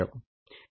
તેથી તે 0